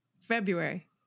February